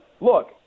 look